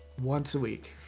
once a week?